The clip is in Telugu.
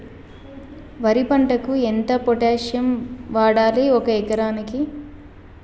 వరి పంటకు ఎంత పొటాషియం వాడాలి ఒక ఎకరానికి?